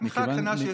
מחאה קטנה שיש בארץ.